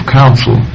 counsel